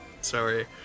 sorry